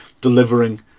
delivering